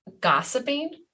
gossiping